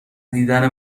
دیدن